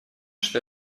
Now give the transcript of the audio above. что